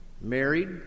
Married